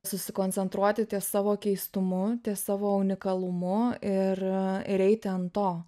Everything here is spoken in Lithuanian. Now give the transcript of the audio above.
susikoncentruoti ties savo keistumu ties savo unikalumu ir ir eiti ant to